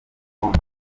conte